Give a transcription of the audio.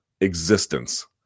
existence